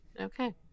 Okay